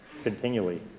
continually